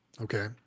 Okay